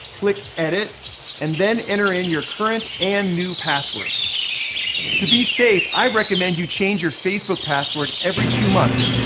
click edit and then enter in your current and new passwords to be safe. i recommend you change your facebook password every two months,